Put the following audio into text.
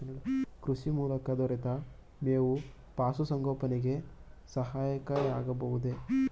ಕೃಷಿ ಮೂಲಕ ದೊರೆತ ಮೇವು ಪಶುಸಂಗೋಪನೆಗೆ ಸಹಕಾರಿಯಾಗಬಹುದೇ?